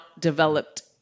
developed